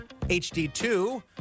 HD2